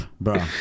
bro